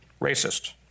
racist